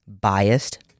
biased